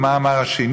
ומה אמר השני,